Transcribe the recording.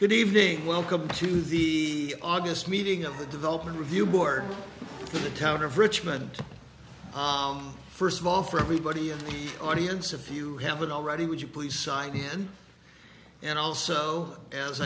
good evening welcome to the august meeting of the development review board in the town of richmond first of all for everybody and audience if you haven't already would you please sign in and also as